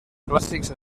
clàssics